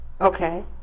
Okay